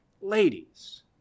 ladies